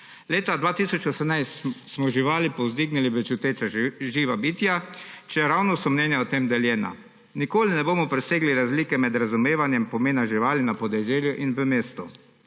Leta 2018 smo živali povzdignili v čuteča živa bitja, čeravno so mnenja o tem deljena. Nikoli ne bomo presegli razlike med razumevanjem pomena živali na podeželju in v mestu,